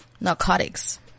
Narcotics